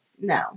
no